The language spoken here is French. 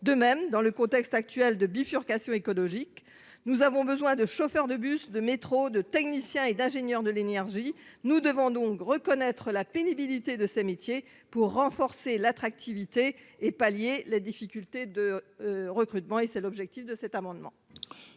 De même, dans le contexte actuel de bifurcation écologique, nous avons besoin de chauffeurs de bus et de métro, de techniciens, ainsi que d'ingénieurs de l'énergie. Nous devons donc reconnaître la pénibilité de ces métiers pour renforcer leur attractivité et pallier les difficultés de recrutement. Tel est l'objet de cet amendement.